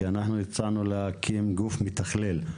אנחנו הצענו להקים גוף מתכלל,